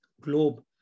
globe